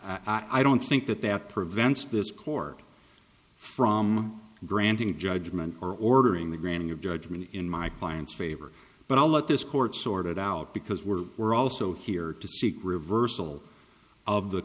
s i don't think that that prevents this court from granting judgment or ordering the granting of judgment in my client's favor but i'll let this court sort it out because we're we're also here to seek reversal of the